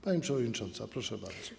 Pani przewodnicząca, proszę bardzo.